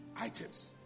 items